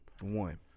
One